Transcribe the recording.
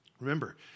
Remember